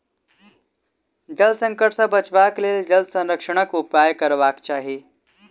जल संकट सॅ बचबाक लेल जल संरक्षणक उपाय करबाक चाही